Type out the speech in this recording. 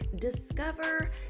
Discover